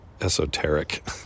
Esoteric